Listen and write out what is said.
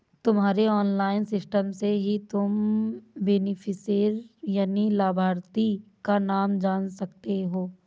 तुम्हारे online system से ही तुम बेनिफिशियरी यानि लाभार्थी का नाम जान सकते हो